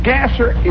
Gasser